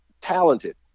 talented